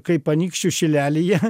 kaip anykščių šilelyje